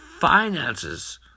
finances